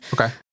Okay